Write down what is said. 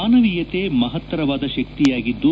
ಮಾನವೀಯತೆ ಮಹತ್ತರವಾದ ಶಕ್ತಿಯಾಗಿದ್ದು